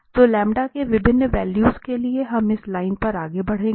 तो के विभिन्न वैल्यू के लिए हम इस लाइन पर आगे बढ़ेंगे